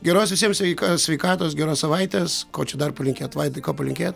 geros visiem sveika sveikatos geros savaitės ko čia dar palinkėt vaidai ko palinkė